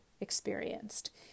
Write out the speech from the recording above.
experienced